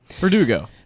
Verdugo